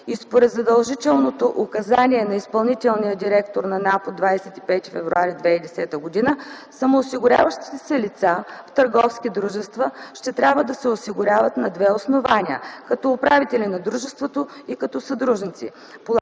според задължителното Указание на изпълнителния директор на НАП от 25 февруари 2010 г. самоосигуряващите се лица в търговски дружества ще трябва да се осигуряват на две основания – като управители на дружеството и като съдружници,